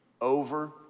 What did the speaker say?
over